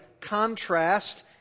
contrast